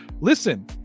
listen